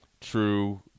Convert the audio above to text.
true